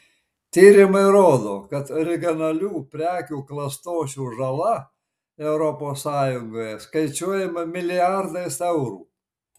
tyrimai rodo kad originalių prekių klastočių žala europos sąjungoje skaičiuojama milijardais eurų